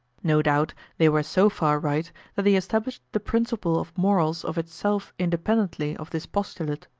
no doubt they were so far right that they established the principle of morals of itself independently of this postulate,